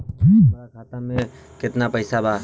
हमार खाता मे केतना पैसा बा?